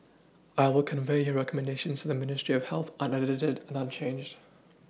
I will convey your recommendations to the ministry of health unedited and unchanged